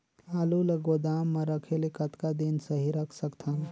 आलू ल गोदाम म रखे ले कतका दिन सही रख सकथन?